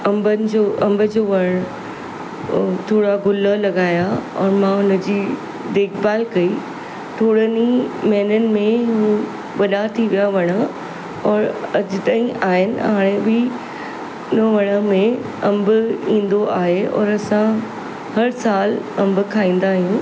अम्बनि जो अम्ब जो वणु थोड़ा गुल लॻाया और मां हुनजी देखभालु कई थोरनि ही महीननि में हू वॾा थी विया वण और अॼु ताईं आहिनि हाणे बि इन वण में अम्ब इंदो आहे और असां हर साल अम्ब खाईंदा आहियूं